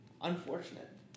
Unfortunate